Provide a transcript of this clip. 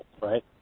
right